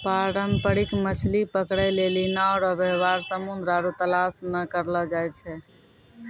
पारंपरिक मछली पकड़ै लेली नांव रो वेवहार समुन्द्र आरु तालाश मे करलो जाय छै